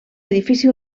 edifici